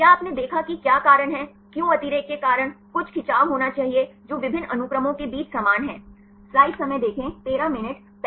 क्या आपने देखा कि क्या कारण है क्यों अतिरेक के कारण कुछ खिंचाव होना चाहिए जो विभिन्न अनुक्रमों के बीच समान हैं